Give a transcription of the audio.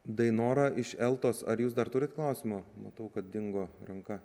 dainora iš eltos ar jūs dar turit klausimų matau kad dingo ranka